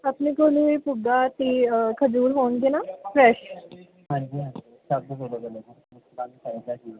ਆਪਣੇ ਕੋਲ ਭੁੱਗਾ ਅਤੇ ਖਜੂਰ ਹੋਣਗੇ ਨਾ ਫਰੈਸ਼